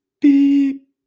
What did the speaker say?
beep